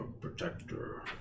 protector